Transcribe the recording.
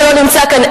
שלא נמצא כאן?